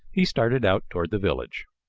he started out toward the village.